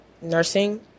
nursing